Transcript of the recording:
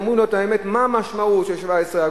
היו אומרים לו את האמת מה המשמעות של 17 אגורות,